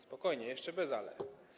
Spokojnie, jeszcze bez „ale”